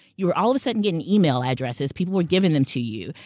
you were all of a sudden getting email addresses. people were giving them to you.